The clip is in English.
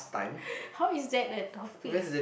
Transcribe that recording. how is that a topic